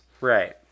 right